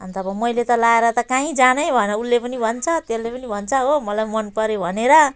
अन्त अब मैले त लगाएर त काहीँ जानै भएन उसले पनि भन्छ त्यसले पनि भन्छ हो मलाई मन पऱ्यो भनेर